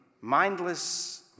mindless